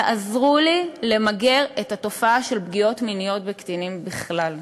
תעזרו לי למגר את התופעה של פגיעות מיניות בקטינים בכלל.